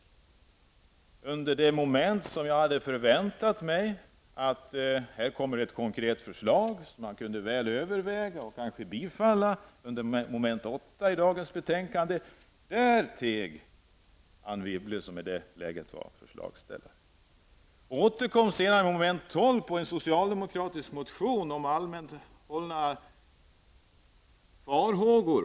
När det gäller det moment där jag hade förväntat mig ett konkret förslag som var väl värt att överväga och som kanske kunde yrkas bifall till -- Wibble, som ändå är förslagsställare. Men väl under mom. 12 kommer det en beställning. Det gäller då en socialdemokratisk motion om allmänna farhågor.